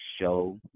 show